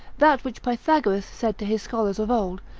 that which pythagoras said to his scholars of old,